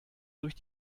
durch